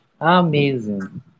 Amazing